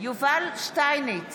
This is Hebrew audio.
יובל שטייניץ,